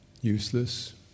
useless